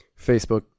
Facebook